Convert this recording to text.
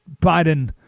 Biden